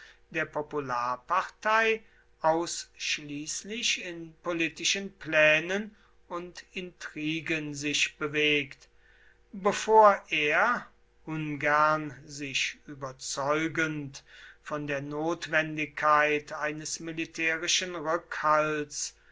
der popularpartei ausschließlich in politischen plänen und intrigen sich bewegt bevor er ungern sich überzeugend von der notwendigkeit eines militärischen